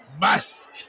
Musk